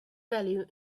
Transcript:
value